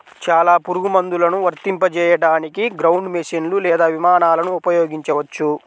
చాలా పురుగుమందులను వర్తింపజేయడానికి గ్రౌండ్ మెషీన్లు లేదా విమానాలను ఉపయోగించవచ్చు